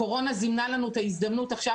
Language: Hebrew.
הקורונה זימנה לנו את ההזדמנות עכשיו